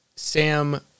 Sam